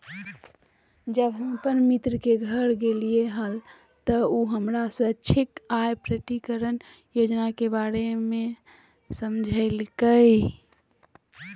जब हम अपन मित्र के घर गेलिये हल, त उ हमरा स्वैच्छिक आय प्रकटिकरण योजना के बारीकि से समझयलकय